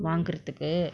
வாங்குறதுக்கு:vangurathukku